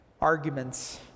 arguments